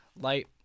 light